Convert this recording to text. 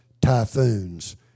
typhoons